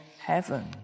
heaven